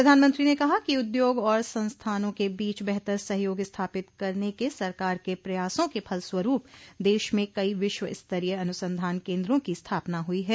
प्रधानमंत्री ने कहा कि उद्योग और संस्थानों के बीच बेहतर सहयोग स्थापित करने के सरकार के प्रयासों के फलस्वरूप देश में कई विश्वस्तरीय अनुसंधान केन्द्रों की स्थापना हुई है